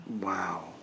Wow